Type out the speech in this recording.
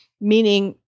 meaning